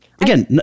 Again